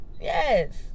Yes